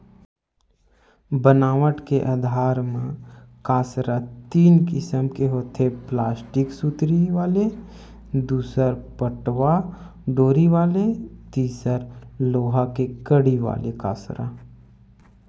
बनावट के आधार म कांसरा तीन किसम के होथे प्लास्टिक सुतरी वाले दूसर पटवा डोरी वाले तिसर लोहा के कड़ी वाले कांसरा